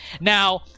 Now